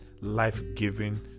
life-giving